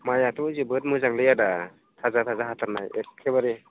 माइआथ' जोबोद मोजांलै आदा थाजा थाजा हाथारनाय एख्खेबारे